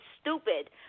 stupid